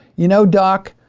you know, doc,